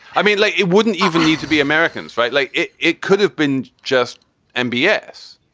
i mean, like it wouldn't even need to be americans. right. like it it could have been just m b a s.